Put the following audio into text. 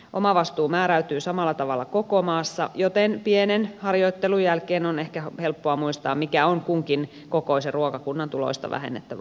omavastuu määräytyy samalla tavalla koko maassa joten pienen harjoittelun jälkeen on ehkä helppoa muistaa mikä on kunkin kokoisen ruokakunnan tuloista vähennettävä osuus